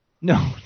No